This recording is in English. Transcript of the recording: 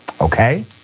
okay